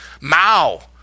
Mao